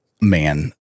man